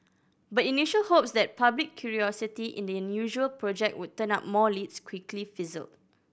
but initial hopes that public curiosity in the unusual project would turn up more leads quickly fizzled